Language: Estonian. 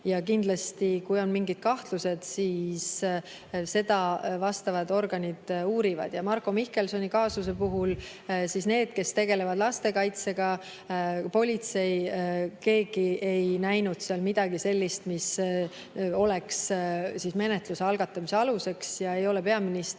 Kindlasti, kui on mingid kahtlused, siis seda vastavad organid uurivad. Marko Mihkelsoni kaasuse puhul need, kes tegelevad lastekaitsega, politsei, keegi ei näinud seal midagi sellist, mis oleks menetluse algatamise aluseks. Peaministril